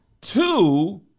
Two